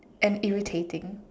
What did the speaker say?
and irritating